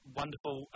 wonderful